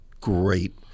great